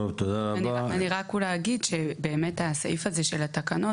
אני רק אגיד שהסעיף הזה של התקנות,